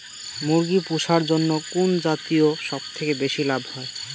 মুরগি পুষার জন্য কুন জাতীয় সবথেকে বেশি লাভ হয়?